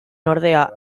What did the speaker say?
ordea